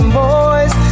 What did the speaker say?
boys